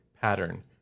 pattern